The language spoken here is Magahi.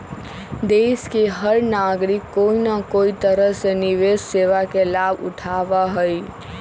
देश के हर नागरिक कोई न कोई तरह से निवेश सेवा के लाभ उठावा हई